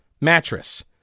mattress